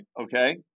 okay